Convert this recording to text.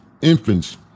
infants